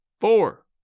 Four